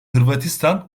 hırvatistan